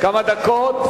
כמה דקות,